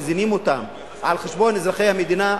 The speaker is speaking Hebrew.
מזינים אותן על חשבון אזרחי המדינה,